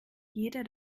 jeder